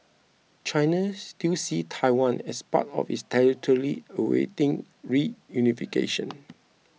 China still sees Taiwan as part of its territory awaiting reunification